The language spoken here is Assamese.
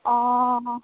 অঁ